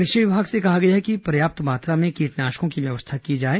कृ धि विभाग से कहा गया है कि वह पर्याप्त मात्रा में कीटनाशकों की व्यवस्था करे